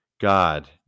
God